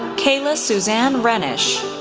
kayla suzanne reiniche,